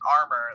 armor